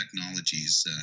technologies